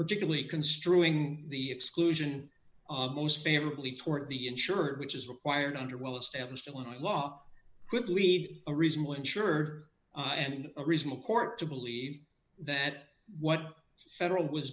particularly construing the exclusion of most favorably toward the insurer which is required under well established illinois law would lead a reasonable ensure and a reasonable court to believe that what federal was